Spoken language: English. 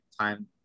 time